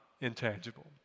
intangible